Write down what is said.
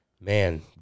Man